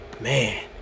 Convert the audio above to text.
Man